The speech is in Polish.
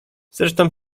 zresztą